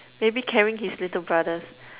maybe carrying his little brothers